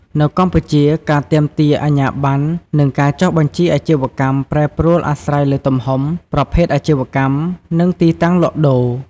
នៅកម្ពុជា ការទាមទារអាជ្ញាប័ណ្ណ និងការចុះបញ្ជីអាជីវកម្មប្រែប្រួលអាស្រ័យលើទំហំ ប្រភេទអាជីវកម្ម និងទីតាំងលក់ដូរ។